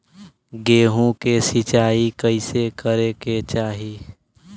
गेहूँ के सिंचाई कइसे करे के चाही?